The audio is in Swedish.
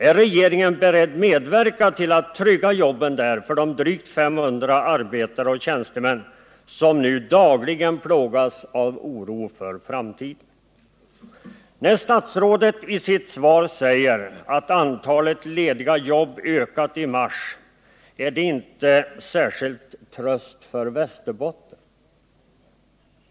Är regeringen beredd att medverka till att i Hörnefors trygga jobben för de drygt 500 arbetare och tjänstemän som nu dagligen plågas av oro för framtiden? När statsrådet i sitt svar säger att antalet lediga jobb har ökat i mars är det inte särskilt stor tröst för Västerbotten.